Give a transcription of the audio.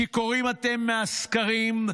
שיכורים אתם מהסקרים,